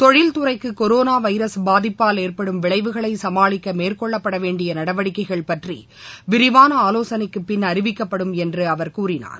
தொழில்துறைக்குகொரனாவைரஸ் பாதிப்பால் ஏற்படும் விளைவுகளைசமாளிக்கமேற்கொள்ளப்படவேண்டியநடவடிக்கைகள் பற்றிவிரிவானஆலோசனைக்குபின் அறிவிக்கப்படும் என்றுஅவர் கூறினார்